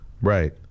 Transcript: Right